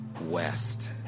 west